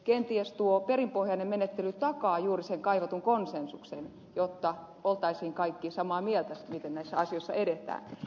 kenties tuo perinpohjainen menettely takaa juuri sen kaivatun konsensuksen jotta oltaisiin kaikki samaa mieltä siitä miten näissä asioissa edetään